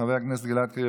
חבר הכנסת גלעד קריב,